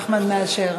אחמד מאשר.